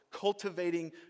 cultivating